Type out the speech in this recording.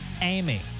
Amy